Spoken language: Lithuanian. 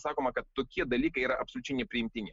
sakoma kad tokie dalykai yra absoliučiai nepriimtini